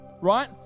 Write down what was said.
right